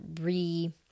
re